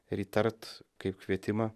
ir jį tart kaip kvietimą